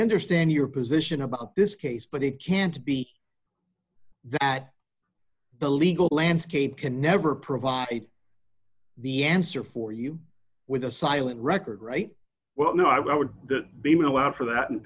understand your position about this case but it can't be that the legal landscape can never provide the answer for you with a silent record right well no i would be well after that and